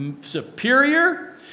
superior